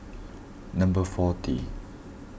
number forty